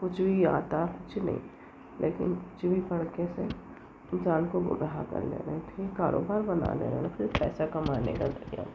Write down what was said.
جو یہ آتا کچھ نہیں لیکن پتہ نہیں کیسے انسان کو گمراہ کر لے رہے ہیں کاروبار بنا لے رہے ہیں صرف پیسہ کمانے کا ذریعہ